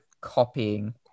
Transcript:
copying